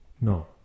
No